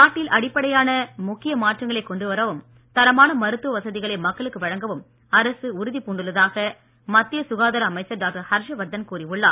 நாட்டில் அடிப்படையான முக்கிய மாற்றங்களை கொண்டு வரவும் தரமான மருத்துவ வசதிகளை மக்களுக்கு வழங்கவும் அரசு உறுதி பூண்டுள்ளதாக மத்திய சுகாதார அமைச்சர் டாக்டர் ஹர்ஷவர்தன் கூறியுள்ளார்